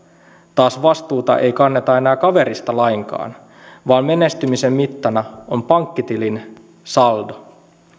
taas vastuuta ei kanneta enää kaverista lainkaan vaan menestymisen mittana on pankkitilin saldo